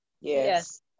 Yes